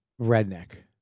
redneck